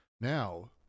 Now